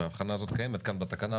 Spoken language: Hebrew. ההבחנה הזאת קיימת כאן בתקנה,